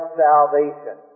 salvation